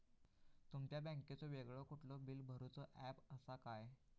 तुमच्या बँकेचो वेगळो कुठलो बिला भरूचो ऍप असा काय?